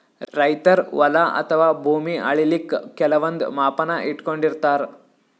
ರೈತರ್ ಹೊಲ ಅಥವಾ ಭೂಮಿ ಅಳಿಲಿಕ್ಕ್ ಕೆಲವಂದ್ ಮಾಪನ ಇಟ್ಕೊಂಡಿರತಾರ್